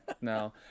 no